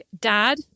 dad